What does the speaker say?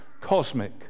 cosmic